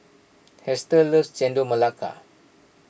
Hester loves Chendol Melaka